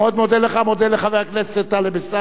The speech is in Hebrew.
שכבר רץ להודיע שהוא עשה את הכביש,